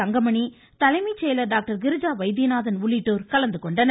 தங்கமணி தலைமை செயலர் டாக்டர் கிரிஜா வைத்தியநாதன் உள்ளிட்டோர் கலந்து கொண்டனர்